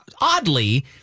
Oddly